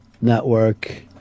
Network